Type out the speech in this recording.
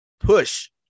push